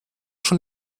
schon